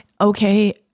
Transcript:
okay